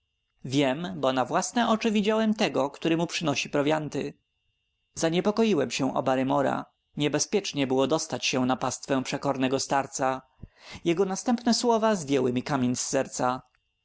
wiem bo na własne oczy widziałem tego który mu nosi prowianty zaniepokoiłem się o barrymora niebezpiecznie było dostać się na pastwę przekornego starca jego następne słowa zdjęły mi kamień z serca